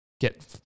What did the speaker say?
get